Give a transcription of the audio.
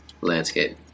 landscape